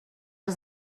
els